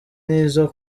n’izo